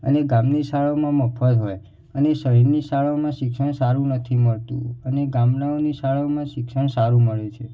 અને ગામની શાળાઓમાં મફત હોય અને શહેરની શાળાઓમાં શિક્ષણ સારું નથી મળતું અને ગામડાઓની શાળાઓમાં શિક્ષણ સારું મળે છે